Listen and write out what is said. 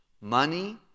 money